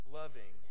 loving